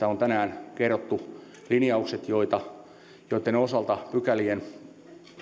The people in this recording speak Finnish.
on tänään kerrottu linjaukset joitten osalta pykälien